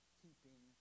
keeping